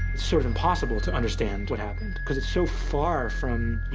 sort of impossible to understand what happened cause it's so far from, you